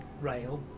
Rail